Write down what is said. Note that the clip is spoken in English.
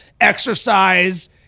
exercise